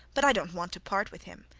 but i don't want to part with him,